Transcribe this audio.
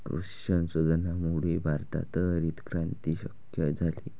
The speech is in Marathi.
कृषी संशोधनामुळेच भारतात हरितक्रांती शक्य झाली